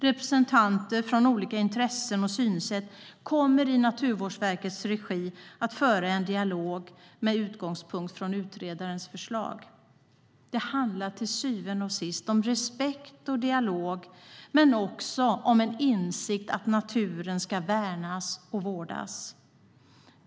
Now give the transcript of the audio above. Representanter från olika intressen och synsätt kommer i Naturvårdsverkets regi att föra en dialog med utgångspunkt i utredarens förslag. Till syvende och sist handlar det om respekt och dialog men också om en insikt om att naturen ska värnas och vårdas.